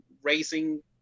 Racing